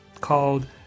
called